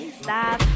stop